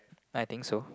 I think so